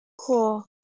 Cool